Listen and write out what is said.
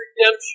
redemption